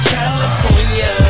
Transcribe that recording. California